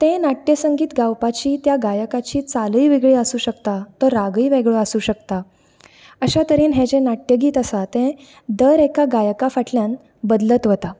तें नाट्यसंगीत गावपाची त्या गायकाची चालय वेगळी आसूंक शकता तो रागय वेगळो आसूंक शकता अशे तरेन हे जे नाट्यगीत आसा तें दर एका फाटल्यान बदलत वता